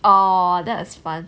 oh that's fun